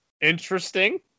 Interesting